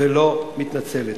ולא מתנצלת.